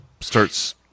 starts